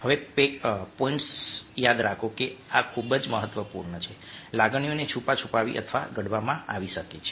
હવે પોઈન્ટ્સ યાદ રાખો કે આ ખૂબ જ મહત્વપૂર્ણ છે લાગણીઓને છૂપા છૂપાવી અથવા ઘડવામાં આવી શકે છે